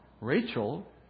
Rachel